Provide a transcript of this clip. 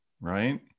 right